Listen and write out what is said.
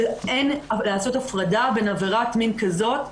שאין לעשות הפרדה בין עבירת מין כזאת,